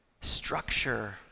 structure